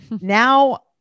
Now